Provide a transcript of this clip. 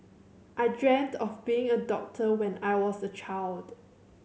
I dreamt of being a doctor when I was a child